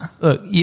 Look